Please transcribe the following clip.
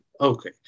okay